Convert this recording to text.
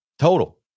total